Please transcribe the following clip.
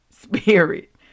spirit